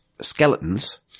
skeletons